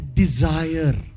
desire